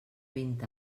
vint